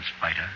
fighter